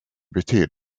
beter